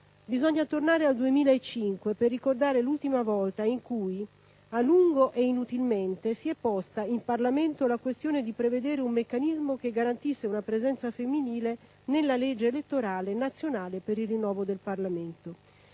Bisogna tornare al 2005 per ricordare l'ultima volta in cui, a lungo e inutilmente, si è posta in Parlamento la questione di prevedere un meccanismo che garantisse una presenza femminile nella legge elettorale nazionale per il rinnovo del Parlamento: